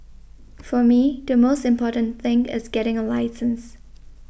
for me the most important thing is getting a license